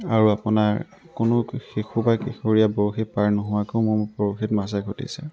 আৰু আপোনাৰ কোনো শিশু বা কিশোৰীয়ে বৰশীত পাৰ নোহোৱাকৈও মোৰ বৰশীত মাছে খুটিছে